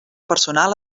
personal